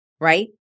right